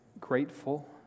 grateful